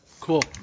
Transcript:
Cool